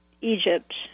Egypt